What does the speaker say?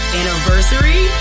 anniversary